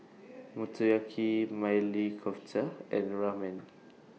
Motoyaki Maili Kofta and Ramen